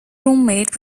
roommate